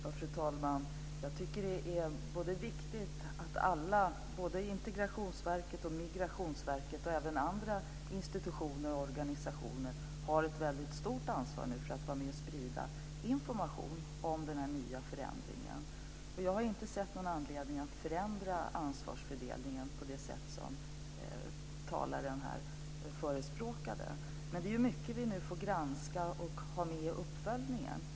Fru talman! Jag tycker att det är viktigt att alla, både Integrationsverket och Migrationsverket och även andra institutioner och organisationer, tar ett stort ansvar för att vara med och sprida information om den nya förändringen. Jag har inte sett någon anledning att förändra ansvarsfördelningen på det sätt som talaren här förespråkade. Men det är mycket som vi nu får granska och ha med i uppföljningen.